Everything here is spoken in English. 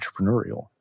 entrepreneurial